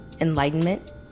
enlightenment